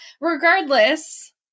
regardless